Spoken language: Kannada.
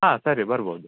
ಹಾಂ ಸರಿ ಬರ್ಬೌದು